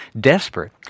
Desperate